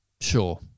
sure